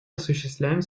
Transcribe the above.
осуществляем